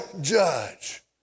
judge